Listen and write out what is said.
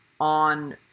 on